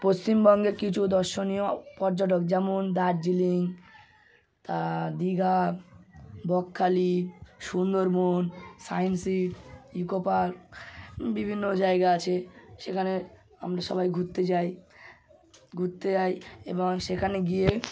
পশ্চিমবঙ্গের কিছু দর্শনীয় পর্যটক যেমন দার্জিলিং তা Digha Bakkhali Sundarban science city eco park বিভিন্ন জায়গা আছে সেখানে আমরা সবাই ঘুরতে যাই ঘুরতে যাই এবং সেখানে গিয়ে